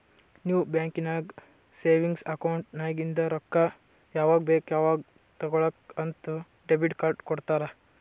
ನೀವ್ ಬ್ಯಾಂಕ್ ನಾಗ್ savings account ನಾಗಿಂದ್ ರೊಕ್ಕಾ ಯಾವಾಗ್ ಬೇಕ್ ಅವಾಗ್ ತೇಕೊಳಾಕ್ ಅಂತ್ ಡೆಬಿಟ್ ಕಾರ್ಡ್ ಕೊಡ್ತಾರ